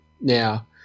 now